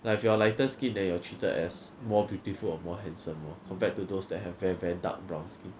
like if you are lighter skin then you are treated as more beautiful or more handsome orh compared to those that have very very dark brown skin